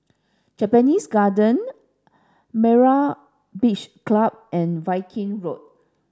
Japanese Garden Myra Beach Club and Viking Road